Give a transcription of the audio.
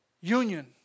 union